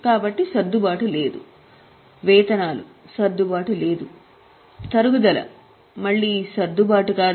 కాబట్టి సర్దుబాటు లేదు వేతనాలు సర్దుబాటు లేదు తరుగుదల మళ్ళీ సర్దుబాటు కాదా